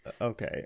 Okay